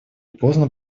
поздно